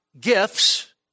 gifts